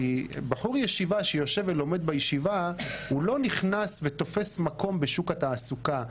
כי בחור ישיבה שיושב ולומד בישיבה לא נכנס ותופס מקום בשוק התעסוקה.